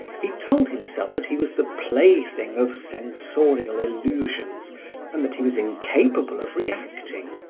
he told himself that he was the play-thing of sensorial illusions and that he was incapable of reacting.